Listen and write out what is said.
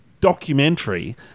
documentary